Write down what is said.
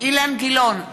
אילן גילאון,